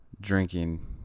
drinking